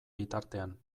bitartean